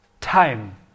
time